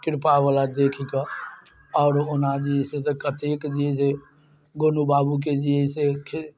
कृपावला देखीकऽ आओर ओना जे है से कतेक जे है से गोनू बाबूके जे है से खे